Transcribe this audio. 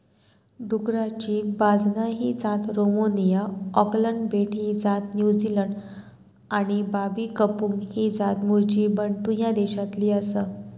डुकराची बाजना ही जात रोमानिया, ऑकलंड बेट ही जात न्युझीलंड आणि बाबी कंपुंग ही जात मूळची बंटू ह्या देशातली आसा